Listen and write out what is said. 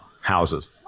houses